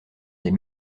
des